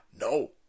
no